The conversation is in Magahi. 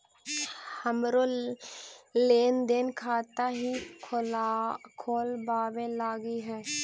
हमरो लेन देन खाता हीं खोलबाबे लागी हई है